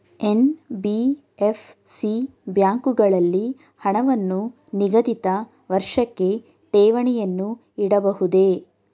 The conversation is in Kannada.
ಎನ್.ಬಿ.ಎಫ್.ಸಿ ಬ್ಯಾಂಕುಗಳಲ್ಲಿ ಹಣವನ್ನು ನಿಗದಿತ ವರ್ಷಕ್ಕೆ ಠೇವಣಿಯನ್ನು ಇಡಬಹುದೇ?